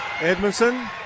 Edmondson